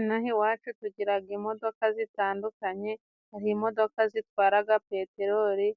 Inahiwacu tugiraga imodoka zitandukanye aho imodoka zitwaraga peteroli,